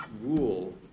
rule